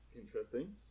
interesting